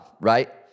right